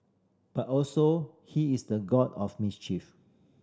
but also he is the god of mischief